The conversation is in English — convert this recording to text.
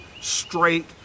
straight